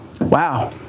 wow